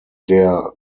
der